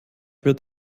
wird